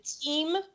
team